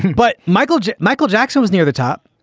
but michael j. michael jackson was near the top.